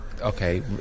okay